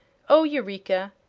oh, eureka!